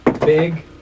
big